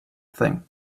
thing